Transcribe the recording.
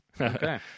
Okay